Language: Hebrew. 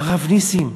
הרב נסים,